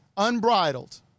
unbridled